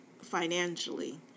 financially